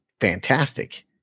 fantastic